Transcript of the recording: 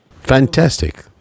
Fantastic